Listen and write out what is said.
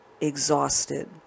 exhausted